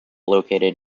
located